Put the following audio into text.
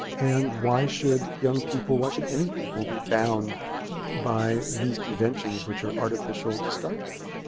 and why should young people why should any people be bound by these conventions which are artificial to start with?